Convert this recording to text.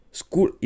school